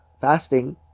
fasting